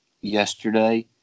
yesterday